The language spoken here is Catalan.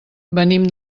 venim